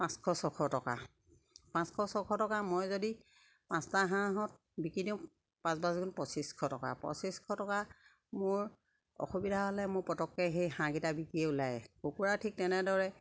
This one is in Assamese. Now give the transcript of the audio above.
পাঁচশ ছশ টকা পাঁচশ ছশ টকা মই যদি পাঁচটা হাঁহত বিকি দিওঁ পাঁচ পাঁচগুণ পঁচিছশ টকা পঁচিছশ টকা মোৰ অসুবিধা হ'লে মোৰ পটককে সেই হাঁহকিটা বিকিয়ে ওলায় কুকুৰা ঠিক তেনেদৰে